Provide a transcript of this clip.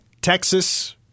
Texas